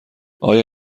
آیا